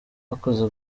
bakoze